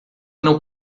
não